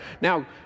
Now